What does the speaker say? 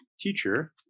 teacher